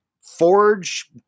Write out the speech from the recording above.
forge